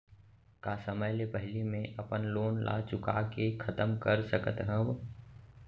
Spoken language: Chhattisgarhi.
का समय ले पहिली में अपन लोन ला चुका के खतम कर सकत हव?